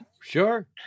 Sure